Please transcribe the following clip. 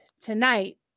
tonight